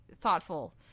thoughtful